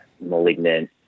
malignant